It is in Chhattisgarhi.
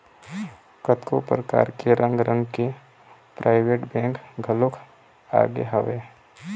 कतको परकार के रंग रंग के पराइवेंट बेंक घलोक आगे हवय